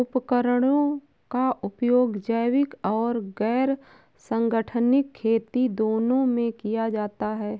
उपकरणों का उपयोग जैविक और गैर संगठनिक खेती दोनों में किया जाता है